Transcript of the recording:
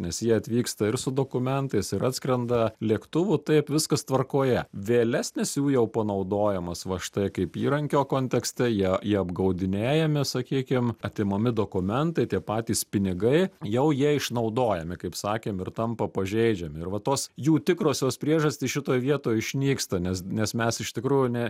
nes jie atvyksta ir su dokumentais ir atskrenda lėktuvu taip viskas tvarkoje vėlesnis jų jau panaudojimas va štai kaip įrankio kontekste jie jie apgaudinėjami sakykim atimami dokumentai tie patys pinigai jau jie išnaudojami kaip sakėm ir tampa pažeidžiami ir va tos jų tikrosios priežastys šitoj vietoj išnyksta nes nes mes iš tikrų ne